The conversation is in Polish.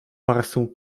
parsknął